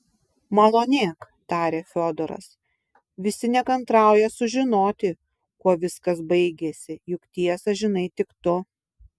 malonėk tarė fiodoras visi nekantrauja sužinoti kuo viskas baigėsi juk tiesą žinai tik tu